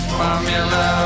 formula